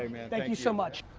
man. thank you so much.